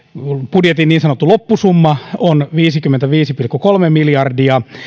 budjetin niin sanottu loppusumma on viisikymmentäviisi pilkku kolme miljardia